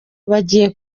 bagiye